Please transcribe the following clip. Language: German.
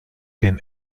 den